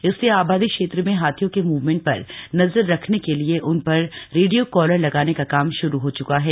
इसलिए आबादी क्षेत्र में हाथियों के मूवमेंट पर नजर रखने के लिए उन पर रेडियो कॉलर लगाने का काम शुरू हो चुका है